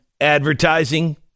advertising